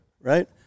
Right